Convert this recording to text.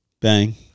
Bang